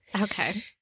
Okay